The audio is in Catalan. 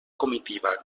comitiva